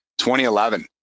2011